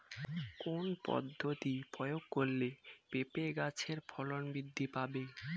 কোন পদ্ধতি প্রয়োগ করলে পেঁপে গাছের ফলন বৃদ্ধি পাবে?